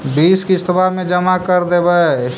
बिस किस्तवा मे जमा कर देवै?